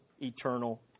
eternal